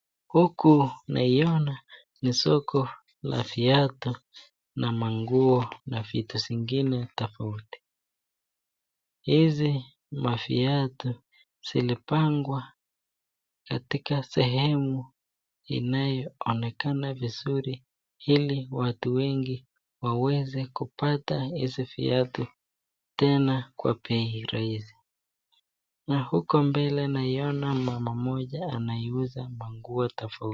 Huku naiona ni soko la viatu na manguo na vitu zingine tofauti, hizi maviatu zilipangwa katika sehemu inayoonekana vizuri ili watu wengi waweze kupata hizi viatu tena kwa bei rahisi. Na huko mbele naiona mama mmoja anayeuza manguo tofauti.